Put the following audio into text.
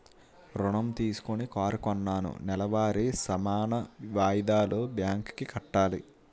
ఋణం తీసుకొని కారు కొన్నాను నెలవారీ సమాన వాయిదాలు బ్యాంకు కి కట్టాలి